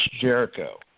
Jericho